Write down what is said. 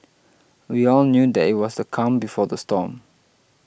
we all knew that it was the calm before the storm